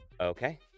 Okay